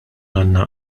għandna